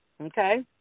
Okay